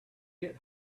get